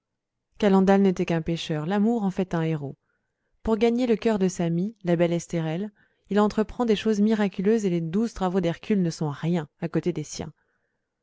calendal n'était qu'un pêcheur l'amour en fait un héros pour gagner le cœur de sa mie la belle estérelle il entreprend des choses miraculeuses et les douze travaux d'hercule ne sont rien à côté des siens